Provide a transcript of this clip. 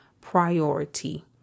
priority